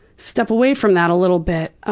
step away from that little bit. ah